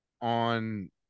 on